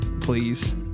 please